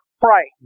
frightened